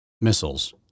missiles